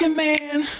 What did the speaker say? man